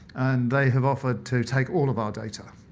they have offered to take all of our data.